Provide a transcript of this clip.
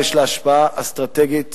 ויש לה השפעה אסטרטגית